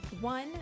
one